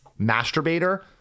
masturbator